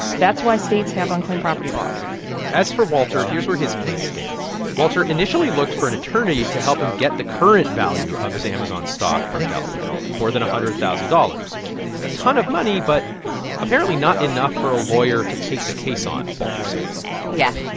that's why states have unclaimed property laws as for walter, here's where his case stands walter initially looked for an attorney to help him get the current value of his amazon stock from delaware more than one hundred thousand dollars a ton of money, but apparently not enough for a lawyer to take the case on, walter says yeah,